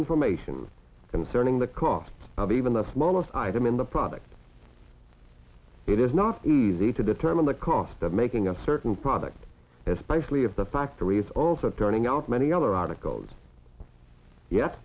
information concerning the cost of even the smallest item in the product it is not easy to determine the cost of making a certain product is nicely of the factories also turning out many other articles ye